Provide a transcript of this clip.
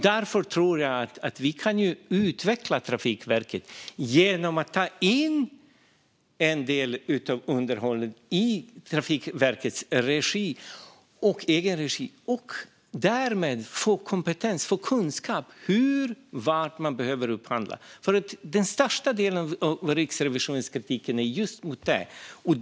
Därför tror jag att vi kan utveckla Trafikverket genom att ta in en del av underhållet i Trafikverkets regi. Därmed kan man få kunskap och kompetens om hur och vad man ska upphandla. Den största delen av Riksrevisionens kritik är riktad mot detta.